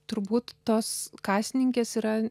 turbūt tos kasininkės yra